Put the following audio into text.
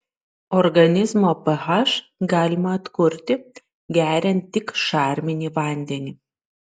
organizmo ph galima atkurti geriant tik šarminį vandenį